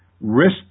risk